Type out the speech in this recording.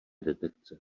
detekce